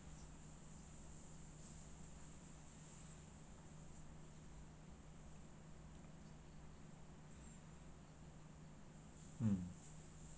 mm